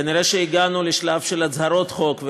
כנראה הגענו לשלב של הצהרות חוק,